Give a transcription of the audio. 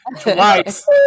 twice